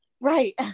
right